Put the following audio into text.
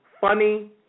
funny